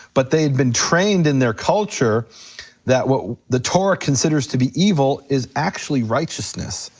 but they had been trained in their culture that what the torah considers to be evil is actually righteousness,